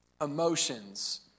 emotions